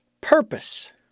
purpose